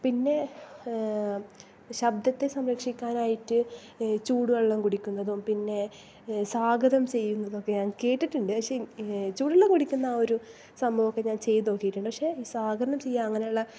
പിന്നെ ശബ്ദത്തെ സംരക്ഷിക്കാനായിട്ട് ചൂട് വെള്ളം കുടിക്കുന്നതും പിന്നെ സാഗതം ചെയ്യുന്നതുമൊക്കെ ഞാൻ കേട്ടിട്ടുണ്ട് പക്ഷെ ചൂട് വെള്ളം കുടിക്കുന്ന ആ ഒരു സംഭവം ഒക്കെ ഞാൻ ചെയ്ത് നോക്കിയിട്ടുണ്ട് പക്ഷെ ഈ സാഗർണം ചെയ്യുക അങ്ങനെ ഉള്ള